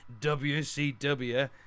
wcw